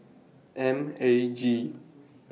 M A G